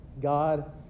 God